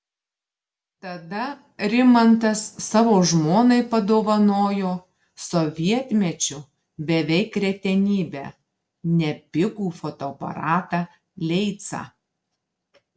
tada rimantas savo žmonai padovanojo sovietmečiu beveik retenybę nepigų fotoaparatą leica